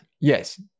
Yes